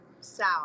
South